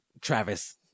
Travis